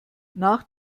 nach